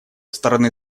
стороны